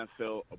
NFL